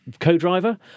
co-driver